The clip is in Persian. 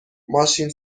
ماشین